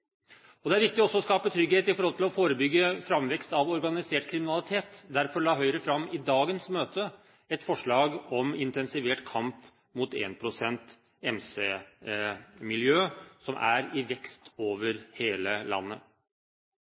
Det er også viktig å skape trygghet når det gjelder å forebygge framvekst av organisert kriminalitet. Derfor la Høyre fram i dagens møte et forslag om intensivert kamp mot énprosent-MC-miljøet, som er i vekst over hele landet.